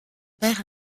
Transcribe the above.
père